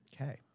Okay